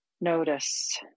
Notice